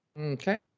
Okay